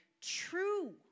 true